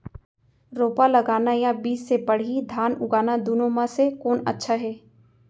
रोपा लगाना या बीज से पड़ही धान उगाना दुनो म से कोन अच्छा हे?